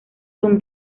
doom